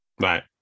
right